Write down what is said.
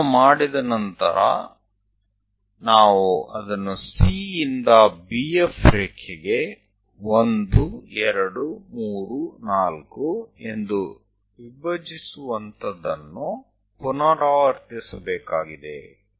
ಇದನ್ನು ಮಾಡಿದ ನಂತರ ನಾವು ಅದನ್ನು C ಯಿಂದ BF ರೇಖೆಗೆ 1 2 3 4 ಎಂದು ವಿಭಜಿಸುವಂತಹದನ್ನು ಪುನರಾವರ್ತಿಸಬೇಕಾಗಿದೆ